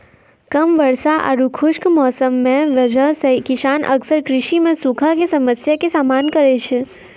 कम वर्षा आरो खुश्क मौसम के वजह स किसान अक्सर कृषि मॅ सूखा के समस्या के सामना करै छै